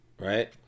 right